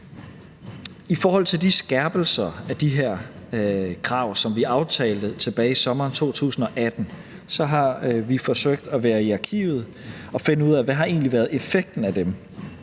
I forhold til de skærpelser af de her krav, som vi aftalte tilbage i sommeren 2018, har vi været i arkivet og forsøgt at finde ud af, hvad effekten af dem